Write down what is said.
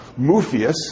Mufius